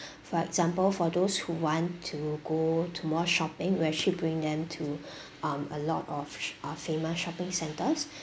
for example for those who want to go to more shopping we'll actually bring them to um a lot of uh famous shopping centres